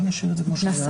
אנחנו נשאיר את זה כמו שהיה.